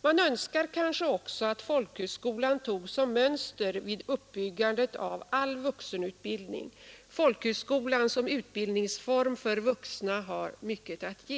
Man önskar kanske att folkhögskolan togs som mönster vid uppbyggandet av all vuxenutbild Fredagen den ning. Folkhögskolan som utbildningsform för vuxna har mycket att ge.